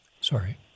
Sorry